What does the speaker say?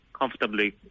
comfortably